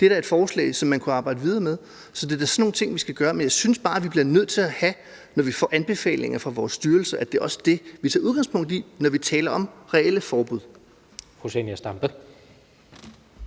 Det er da et forslag, som man kunne arbejde videre med. Det er sådan nogle ting, vi skal gøre. Jeg synes bare, vi bliver nødt til at have det sådan, at når vi får anbefalinger fra vores styrelser, er det også det, vi tager udgangspunkt i, når vi taler om reelle forbud.